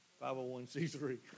501c3